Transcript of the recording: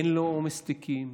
אין לו עומס תיקים?